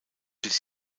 bis